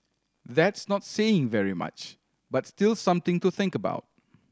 that's not saying very much but still something to think about